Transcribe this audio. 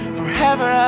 forever